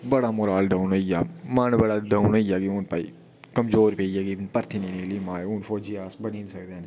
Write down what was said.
बड़ा morale down होई गेआ मोराल बड़ा डाऊन होइया कि हू'न भई कमजोर पेइया की भर्थी नेईं निकली माए फौजी हू'न अस बनी निं सकदे हे